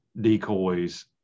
decoys